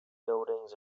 buildings